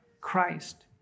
Christ